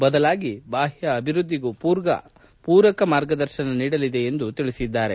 ಬದಲಾಗಿ ಬಾಹ್ತ ಅಭಿವ್ಯದ್ದಿಗೂ ಪೂರಕ ಮಾರ್ಗದರ್ಶನ ನೀಡಲಿದೆ ಎಂದು ಹೇಳಿದ್ದಾರೆ